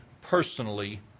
personally